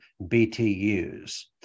BTUs